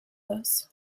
thus